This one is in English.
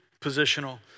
positional